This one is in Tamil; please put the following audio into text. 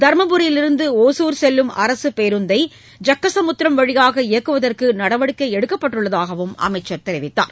தருமபுரியிலிருந்து ஒசூர் செல்லும் அரசு பேருந்தை ஜக்கசமுத்திரம் வழியாக இயக்குவதற்கு நடவடிக்கை எடுக்கப்பட்டுள்ளதாக அமைச்சர் தெரிவித்தார்